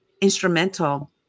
instrumental